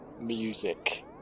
music